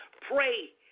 Pray